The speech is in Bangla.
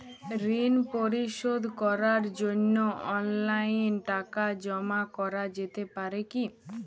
ঋন পরিশোধ করার জন্য অনলাইন টাকা জমা করা যেতে পারে কি?